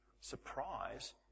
surprise